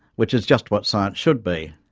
which is just what science should be.